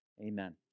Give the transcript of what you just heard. Amen